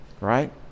Right